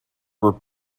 were